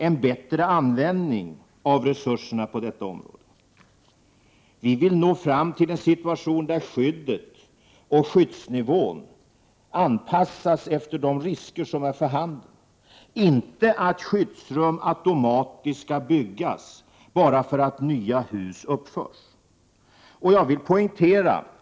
En utslagning av delar av elsystemet innebär också att datasystemen upphör att fungera.